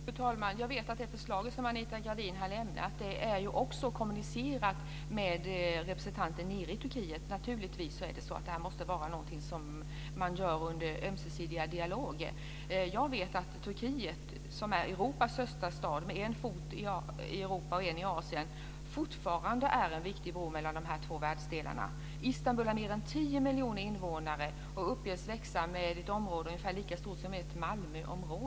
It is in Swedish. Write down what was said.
Fru talman! Jag vet att man har kommunicerat med representanter nere i Turkiet om det förslag som Anita Gradin har lämnat. Naturligtvis måste detta vara någonting man gör under ömsesidiga dialoger. Jag vet att Turkiet, som är Europas största stat med en fot i Europa och en fot i Asien, fortfarande är en viktig bro mellan de två världsdelarna. Istanbul har mer än 10 miljoner invånare, och uppges växa med ett område ungefär lika stort som Malmö.